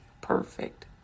perfect